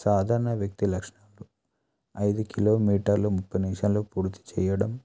సాధారణ వ్యక్తి లక్షణాలు ఐదు కిలోమీటర్లు ముప్పై నిమిషాల్లో పూర్తి చెయ్యడం